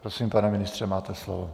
Prosím, pane ministře, máte slovo.